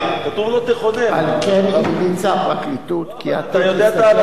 על כן המליצה הפרקליטות כי התיק ייסגר מחוסר ראיות.